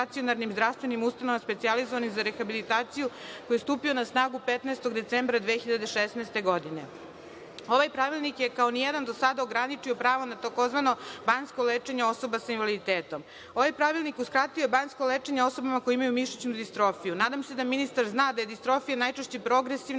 zdravstvenim ustanovama specijalizovanim za rehabilitaciju, koji je stupio na snagu 15. decembra 2016. godine. Ovaj Pravilnik je, kao ni jedan do sada, ograničio pravo na tzv. banjsko lečenje osoba sa invaliditetom. Ovaj Pravilnik uskratio je banjsko lečenje osobama koje imaju mišićnu distrofiju. Nadam se da ministar zna da je distrofija najčešće progresivna